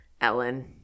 Ellen